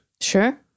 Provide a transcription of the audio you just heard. Sure